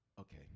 Okay